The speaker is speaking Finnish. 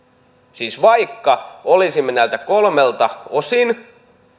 siis vaikka olisimme näiltä kolmelta osin